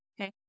okay